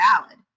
valid